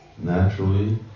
Naturally